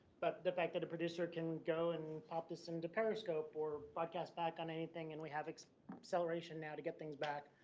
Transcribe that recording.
but the fact that a producer can go and optus and to periscope for podcasts back on anything. and we have acceleration now to get things back.